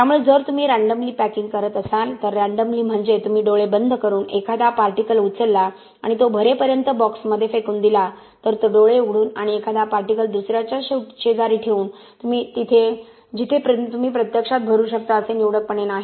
त्यामुळे जर तुम्ही रँडमली पॅकिंग करत असाल तर रँडमली म्हणजे तुम्ही डोळे बंद करून एखादा पार्टिकल उचलला आणि तो भरेपर्यंत बॉक्समध्ये फेकून दिला तर तो डोळे उघडून आणि एखादा पार्टिकल दुसऱ्याच्या शेजारी ठेवून जिथे तुम्ही प्रत्यक्षात भरू शकता असे निवडकपणे नाही